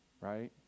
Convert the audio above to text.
right